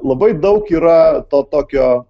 labai daug yra to tokio